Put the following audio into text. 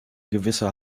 gewisser